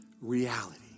reality